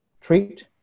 treat